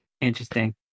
Interesting